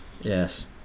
yes